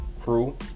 crew